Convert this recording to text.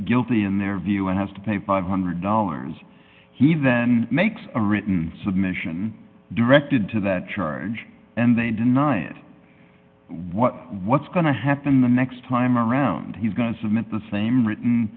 guilty in their view and has to pay five hundred dollars he then makes a written submission directed to that charge and they deny it what what's going to happen the next time around he's going to submit the same written